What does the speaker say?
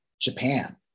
Japan